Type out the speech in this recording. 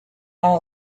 out